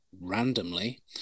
randomly